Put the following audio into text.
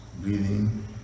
Breathing